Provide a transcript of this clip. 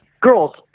girls